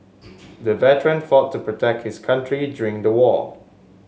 the veteran fought to protect his country during the war